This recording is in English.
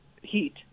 heat